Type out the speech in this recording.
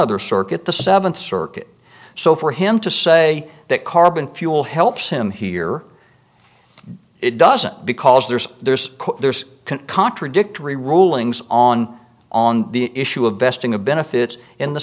other circuit the seventh circuit so for him to say that carbon fuel helps him here it doesn't because there's there's there's contradictory rulings on on the issue of vesting a benefit in the